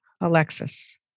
Alexis